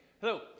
Hello